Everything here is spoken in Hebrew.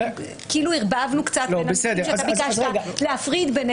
אתה ביקשת להפריד.